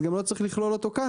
אז לא צריך גם לכלול אותו כאן,